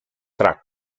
tra